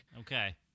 Okay